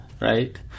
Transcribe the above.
right